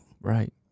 Right